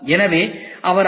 எனவே அவர் ஐ